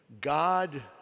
God